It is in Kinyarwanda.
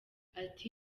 ati